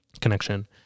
connection